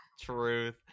Truth